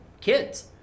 kids